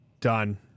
done